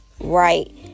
right